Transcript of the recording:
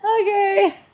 Okay